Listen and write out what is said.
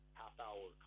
half-hour